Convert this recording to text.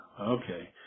Okay